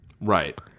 Right